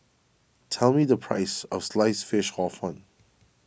tell me the price of Sliced Fish Hor Fun